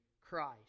Christ